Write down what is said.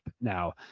now